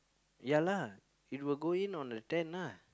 ya lah it will go in on the tenth lah